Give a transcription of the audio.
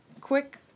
quick